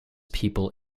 people